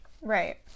Right